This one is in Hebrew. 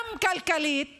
גם כלכלית